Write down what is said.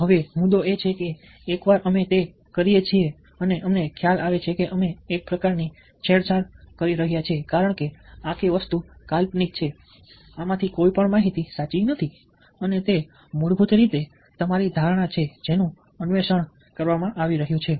હવે મુદ્દો એ છે કે એકવાર અમે તે કરીએ છીએ અમને ખ્યાલ આવે છે કે અમે એક પ્રકારની છેડછાડ કરી રહ્યા છીએ કારણ કે આખી વસ્તુ કાલ્પનિક છે આમાંની કોઈપણ માહિતી સાચી નથી અને તે મૂળભૂત રીતે તમારી ધારણા છે જેનું અન્વેષણ કરવામાં આવી રહ્યું છે